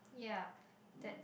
yup that's